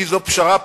כי זו פשרה פוליטית?